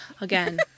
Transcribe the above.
Again